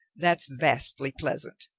that's vastly pleasant.